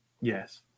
Yes